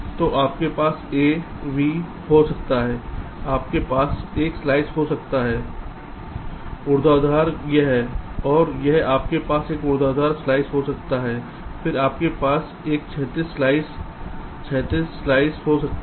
तो आपके पास a b हो सकता है आपके पास एक स्लाइस हो सकता है ऊर्ध्वाधर यह और यह आपके पास एक ऊर्ध्वाधर स्लाइस हो सकता है फिर आपके पास एक क्षैतिज स्लाइस क्षैतिज स्लाइस हो सकता है